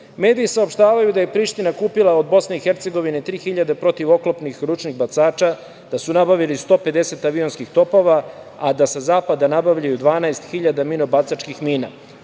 saopštavaju da je Priština kupila od Bosne i Hercegovine 3.000 protivoklopnih ručnih bacača, da su nabavili 150 avionskih topova, a da sa zapada nabavljaju 12.000 minobacačkih mina.